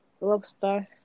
Lobster